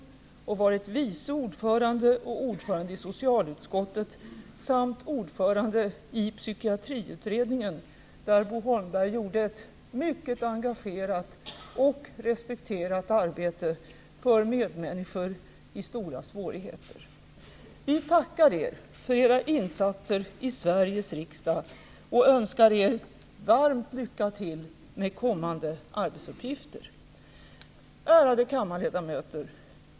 Han har varit vice ordförande och ordförande i socialutskottet samt ordförande i Psykiatriutredningen, där han gjorde ett mycket engagerat och respekterat arbete för medmänniskor i stora svårigheter. Vi tackar er för era insatser i Sveriges riksdag och önskar er varmt lycka till med kommande arbetsuppgifter. Ärade kammarledamöter!